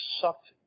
sucked